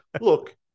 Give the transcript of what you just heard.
Look